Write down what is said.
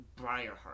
Briarheart